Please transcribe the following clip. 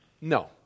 No